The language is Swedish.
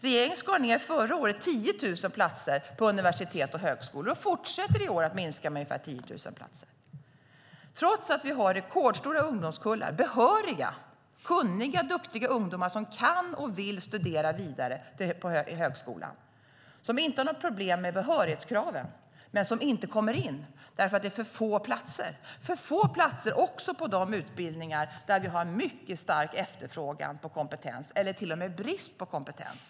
Regeringen skar förra året ned med 10 000 platser på universitet och högskolor och fortsätter i år att minska med ungefär 10 000 platser, trots att vi har rekordstora ungdomskullar, behöriga, kunniga och duktiga ungdomar som kan och vill studera vidare vid högskola, som inte har något problem med behörighetskraven, men som inte kommer in därför att det är för få platser. Det är för få platser också på utbildningar inom de områden där vi har en mycket stark efterfrågan på kompetens eller till och med brist på kompetens.